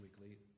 weekly